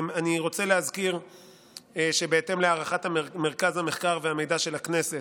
אני רוצה להזכיר שבהתאם להערכת מרכז המחקר והמידע של הכנסת,